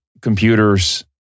computers